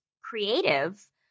creative